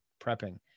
prepping